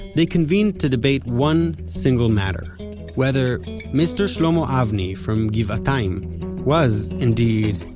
they convened to debate one single matter whether mister shlomo avni from givatayim was, indeed,